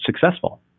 successful